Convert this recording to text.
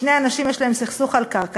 שני אנשים יש להם סכסוך על קרקע,